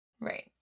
right